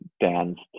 danced